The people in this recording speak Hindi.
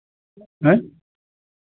आँय